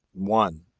one.